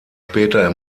später